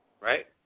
right